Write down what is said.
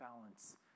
balance